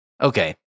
Okay